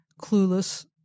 clueless